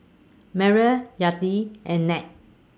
Myrle Yadiel and Ned